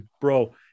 bro